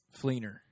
Fleener